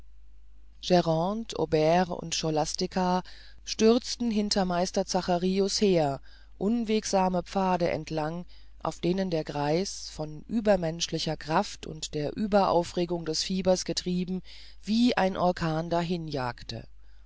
und scholastica stürzten hinter meister zacharius her unwegsame pfade entlang auf denen der greis von übermenschlicher kraft und der ueberaufregung des fiebers getrieben wie ein orkan